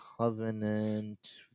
Covenant